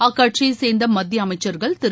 அக்கட்சியைச் சேர்ந்த மத்திய அமைச்சர்கள் திரு